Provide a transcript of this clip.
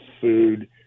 food